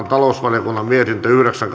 talousvaliokunnan mietintö yhdeksän